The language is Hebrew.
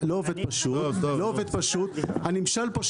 הנמשל פה,